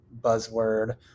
buzzword